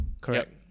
Correct